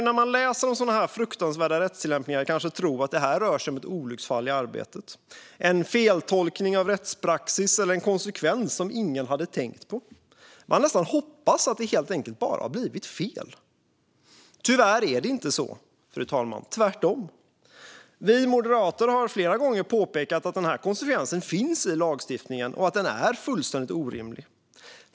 När man läser om sådana här fruktansvärda rättstillämpningar kan man kanske tro att det rör sig om olycksfall i arbetet, en feltolkning av rättspraxis eller en konsekvens som ingen har tänkt på. Man hoppas nästan att det helt enkelt bara har blivit fel. Tyvärr är det inte så, fru talman - tvärtom. Vi moderater har flera gånger påpekat att den här konsekvensen finns i lagstiftningen och att den är fullständigt orimlig.